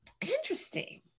interesting